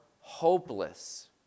hopeless